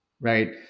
right